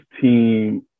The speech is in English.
team